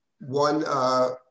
one